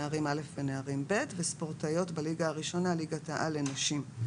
נערים א' ונערים ב'; (2)ספורטאיות בליגה הראשונה (ליגת העל) לנשים.